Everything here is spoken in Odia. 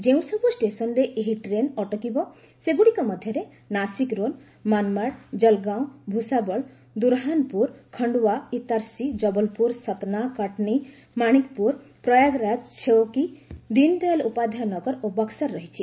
ଯେଉଁସବ୍ ଷ୍ଟେସନ୍ରେ ଏହି ଟ୍ରେନ୍ ଅଟକିବ ସେଗୁଡ଼ିକ ମଧ୍ୟରେ ନାଶିକ୍ ରୋଡ୍ ମାନ୍ମାଡ୍ ଜଲଗାଓଁ ଭୂଷାବଳ ଦୁରହାନ୍ପୁର ଖଖଓ୍ୱା ଇତାର୍ସି ଜବଲପୁର ସତ୍ନା କାଟନୀ ମାଣିକପୁର ପ୍ରୟାଗରାଜ ଛେଓକି ଦିନ୍ଦୟାଲ୍ ଉପାଧ୍ଧାୟ ନଗର ଓ ବକ୍କାର ରହିଛି